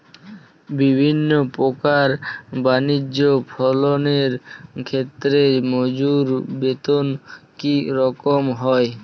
বিভিন্ন প্রকার বানিজ্য ফসলের ক্ষেত্রে মজুর বেতন কী রকম হয়?